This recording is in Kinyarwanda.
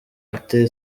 ate